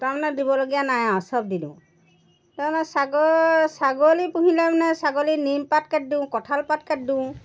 তাৰমানে দিবলগীয়া নাই আৰু চব দি দিওঁ তাৰপৰা ছাগলী পুহিলে মানে ছাগলী নিম পাত কাটি দিওঁ কঁঠাল পাত কাটি দিওঁ